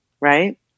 right